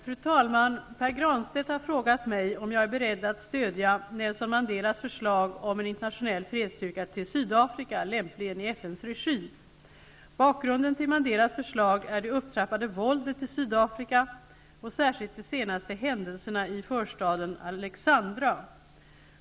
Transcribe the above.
Fru talman! Pär Granstedt har frågat mig om jag är beredd att stödja Nelson Mandelas förslag om en internationell fredsstyrka till Sydafrika, lämpligen i Bakgrunden till Mandelas förslag är det upptrappade våldet i Sydafrika och särskilt de senaste händelserna i förstaden Alexandra.